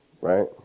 right